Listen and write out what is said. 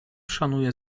szanuje